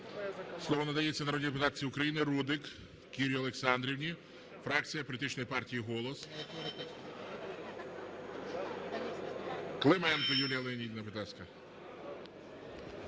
Слово надається народній депутатці України Рудик Кірі Олександрівні, фракція політичної партії "Голос". Клименко Юлія Леонідівна, будь ласка.